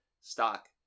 stock